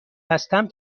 هستم